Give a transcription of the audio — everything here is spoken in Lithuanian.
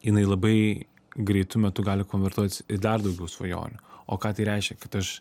jinai labai greitu metu gali konvertuotis į dar daugiau svajonių o ką tai reiškia kad aš